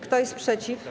Kto jest przeciw?